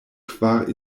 kvar